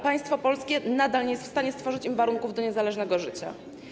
Państwo polskie nadal nie jest w stanie stworzyć im warunków do niezależnego życia.